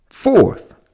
Fourth